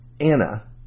Anna